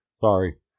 Sorry